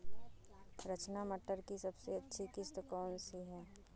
रचना मटर की सबसे अच्छी किश्त कौन सी है?